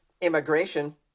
immigration